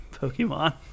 Pokemon